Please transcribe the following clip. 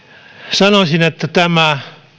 sanoisin että